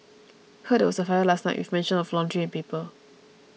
heard there was a fire last night with mention of laundry and paper